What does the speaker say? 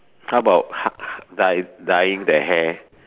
how about how dy~ dyeing the hair